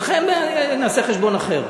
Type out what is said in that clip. אתכם נעשה חשבון אחר.